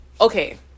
okay